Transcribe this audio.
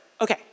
Okay